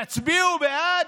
תצביעו בעד?